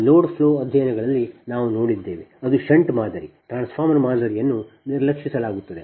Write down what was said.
ಆ load flow ಅಧ್ಯಯನಗಳಲ್ಲಿ ನಾವು ನೋಡಿದ್ದೇವೆ ಅದು ಷಂಟ್ ಮಾದರಿ ಟ್ರಾನ್ಸ್ಫಾರ್ಮರ್ ಮಾದರಿಯನ್ನು ನಿರ್ಲಕ್ಷಿಸಲಾಗುತ್ತದೆ